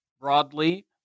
broadly